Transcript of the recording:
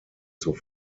zur